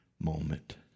moment